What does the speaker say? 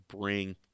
bring